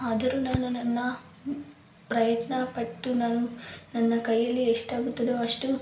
ಆದರೂ ನಾನು ನನ್ನ ಪ್ರಯತ್ನಪಟ್ಟು ನಾನು ನನ್ನ ಕೈಯಲ್ಲಿ ಎಷ್ಟಾಗುತ್ತದೋ ಅಷ್ಟು